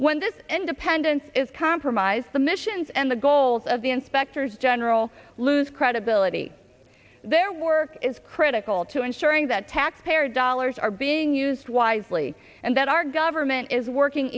when this independence is compromised the missions and the goals of the inspectors general lose credibility their work is critical to ensuring that taxpayer dollars are being used wisely and that our government is working